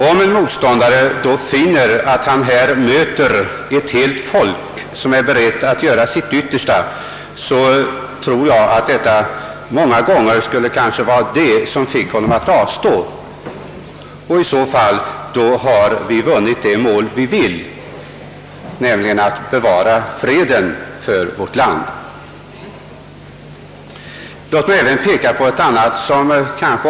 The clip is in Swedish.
Om en motståndare finner att han här möter ett helt folk som är berett att göra sitt yttersta, tror jag att det många gånger kanske är just detta som får honom att avstå från att angripa. Därmed har vi också vunnit vårt mål: bevarandet av vårt lands fred och frihet.